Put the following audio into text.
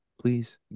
please